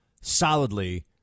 solidly